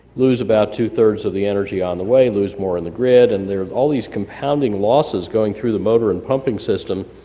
lose about two three of the energy on the way, lose more on the grid, and there are all these compounding losses going through the motor and pumping system,